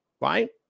Right